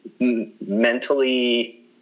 mentally